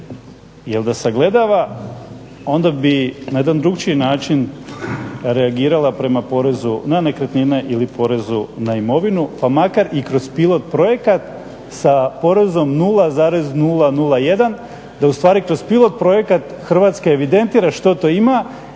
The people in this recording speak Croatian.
Jer da sagledava onda bi na jedan drukčiji način reagirala prema porezu na nekretnine ili porezu na imovinu pa makar i kroz pilot projekat sa porezom 0,001 da u stvari kroz pilot projekat Hrvatska evidentira što to ima